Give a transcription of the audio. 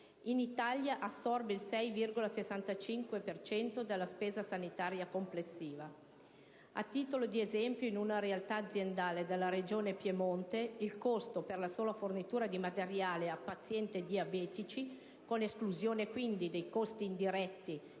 In Italia assorbe il 6,65 per cento della spesa sanitaria complessiva. A titolo di esempio, in una realtà aziendale della Regione Piemonte il costo per la sola fornitura di materiale a pazienti diabetici (con esclusione, quindi, dei costi indiretti